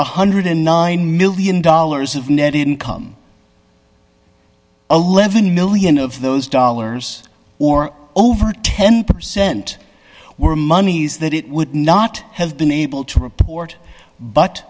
one hundred and nine million dollars of net income eleven million dollars of those dollars or over ten percent were monies that it would not have been able to report but